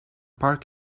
park